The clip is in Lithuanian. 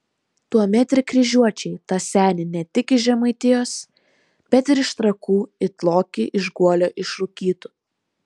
tuomet ir kryžiuočiai tą senį ne tik iš žemaitijos bet ir iš trakų it lokį iš guolio išrūkytų